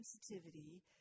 sensitivity